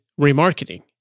remarketing